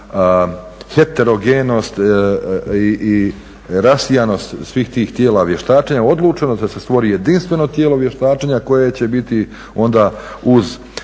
heterogenost i rasijanost svih tih tijela vještačenja odlučeno da se stvori jedinstveno tijelo vještačenja koje će biti onda uz